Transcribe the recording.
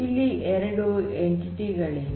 ಇಲ್ಲಿ ಎರಡು ಎನ್ಟಿಟಿ ಗಳಿವೆ